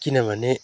किनभने